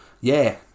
Yeah